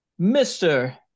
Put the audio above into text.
Mr